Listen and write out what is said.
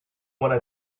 wanna